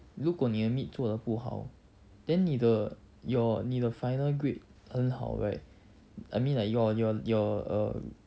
如果你的 meet 做得不好 then 你的 your final grade 很好 right I mean like your your your um